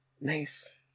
nice